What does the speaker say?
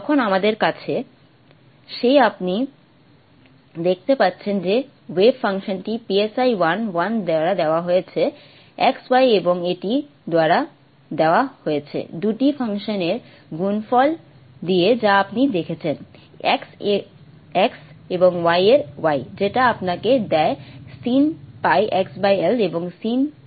যখন আমাদের কাছে সেই আপনি দেখতে পাচ্ছেন যে ওয়েভ ফাংশনটি 1 1 দ্বারা দেওয়া হয়েছে xy এবং এটি দেওয়া হয়েছে দুটি ফাংশন এর গুণফল দিয়ে যা আপনি দেখেছেন X এর x এবং Y এর y যেটা আপনাকে দেয় sin πxL এবং sin πyL